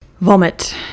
vomit